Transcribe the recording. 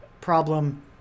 problem